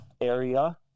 area